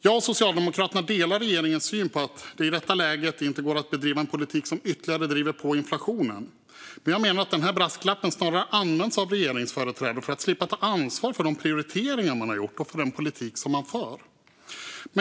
Jag och Socialdemokraterna delar regeringens syn att det i detta läge inte går att bedriva en politik som ytterligare driver på inflationen. Men jag menar att den här brasklappen snarare används av regeringsföreträdare för att slippa ta ansvar för de prioriteringar man gjort och den politik man för.